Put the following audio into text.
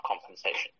compensation